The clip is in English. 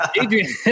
Adrian